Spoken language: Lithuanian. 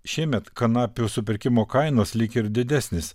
šiemet kanapių supirkimo kainos lyg ir didesnės